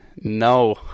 No